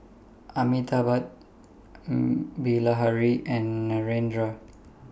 Amitabh Bilahari and Narendra